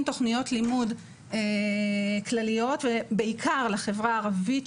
תכניות לימוד כלליות ובעיקר לחברה הערבית,